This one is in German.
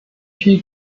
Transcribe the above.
viel